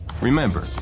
Remember